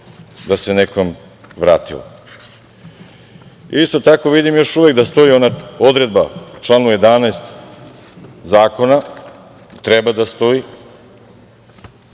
da se nekom vratilo. Isto tako, vidim još uvek da stoji ona odredba u članu 11. Zakona, treba da stoji,